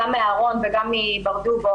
גם מאהרן וגם מברדוגו